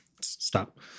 stop